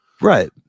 right